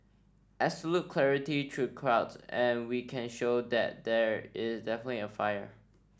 absolute clarity through the clouds and we can show that there is definitely a fire